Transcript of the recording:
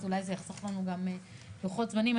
אז אולי זה יחסוך לנו גם לוחות זמנים.